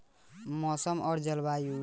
मौसम और जलवायु में का अंतर बा?